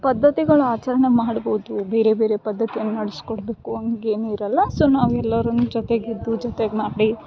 ಪದ್ಧತಿಗಳು ಆಚರಣೆ ಮಾಡ್ಬೋದು ಬೇರೆ ಬೇರೆ ಪದ್ಧತಿ ನಡೆಸ್ಕೊಡ್ಬೇಕು ಹಂಗೇನಿರೊಲ್ಲ ಸೊ ನಾವೆಲ್ಲರು ಜೊತೆಗಿದ್ದು ಜೊತೆಗೆ ಮಾಡಿ